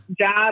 job